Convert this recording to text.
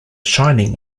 shining